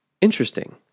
interesting